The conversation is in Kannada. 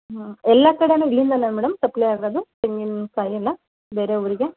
ಹ್ಞೂಂ ಎಲ್ಲ ಕಡೆನೂ ಇಲ್ಲಿಂದನಾ ಮೇಡಮ್ ಸಪ್ಲೈ ಆಗೋದು ತೆಂಗಿನಕಾಯೆಲ್ಲ ಬೇರೆ ಊರಿಗೆ